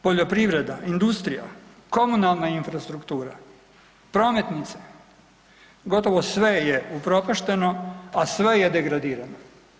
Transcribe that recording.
Poljoprivreda, industrija, komunalna infrastruktura, prometnice, gotovo sve je upropašteno, a sve je degradirano.